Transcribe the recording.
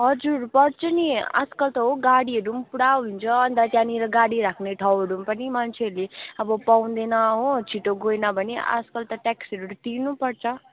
हजुर पढ्छु नि आजकल त हो गाडीहरू पनि पुरा हुन्छ अन्त त्यहाँनिर गाडी राख्ने ठाउँहरू पनि मन्छेहरूले अब पाउदैन हो छिटो गएन भने आजकल त ट्याक्सीहरू तिर्नुपर्छ